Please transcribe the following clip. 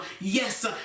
Yes